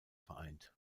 vereint